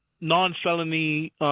non-felony